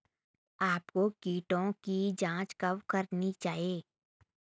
आपको कीटों की जांच कब करनी चाहिए?